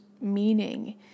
meaning